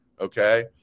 okay